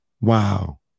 Wow